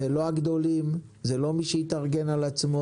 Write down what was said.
אלה לא הגדולים, זה לא מי שהתארגן על עצמו,